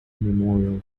memorial